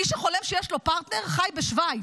מי שחולם שיש לו פרטנר, חי בשווייץ.